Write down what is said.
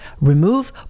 Remove